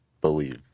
believe